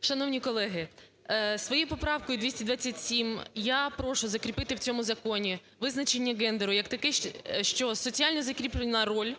Шановні колеги! Своєю поправкою 227 я прошу закріпити в цьому законі визначення гендеру, як таке, що "соціально закріплена роль,